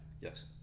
Yes